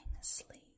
asleep